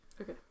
Okay